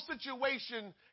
situation